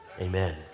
amen